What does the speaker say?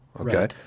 Okay